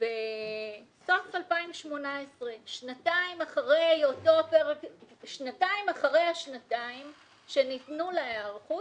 בסוף 2018, שנתיים אחרי השנתיים שניתנו להיערכות,